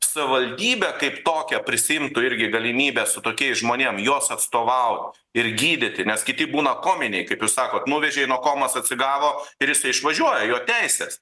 savivaldybė kaip tokią prisiimtų irgi galimybę su tokiais žmonėm juos atstovaut ir gydyti nes kiti būna kominiai kaip jūs sakot nuvežei nuo komos atsigavo ir jisai išvažiuoja jo teisės